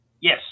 Yes